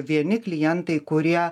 vieni klientai kurie